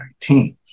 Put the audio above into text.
2019